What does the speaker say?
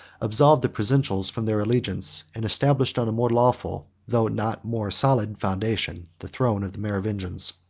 absolved the provincials from their allegiance and established on a more lawful, though not more solid, foundation, the throne of the merovingians.